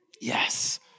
Yes